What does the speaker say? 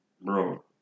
Bro